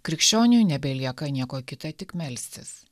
krikščioniui nebelieka nieko kita tik melstis